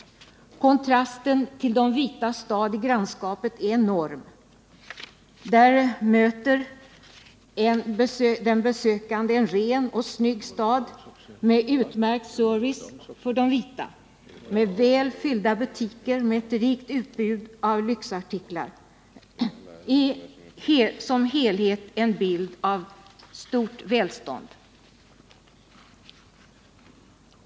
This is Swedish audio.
Kontrasten till de vitas stad i grannskapet var enorm. Där möter den besökande en ren och snygg stad med utmärkt service för den vite, med väl fyllda butiker med ett rikt utbud av lyxartiklar — som helhet en bild av stort välstånd.